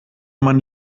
man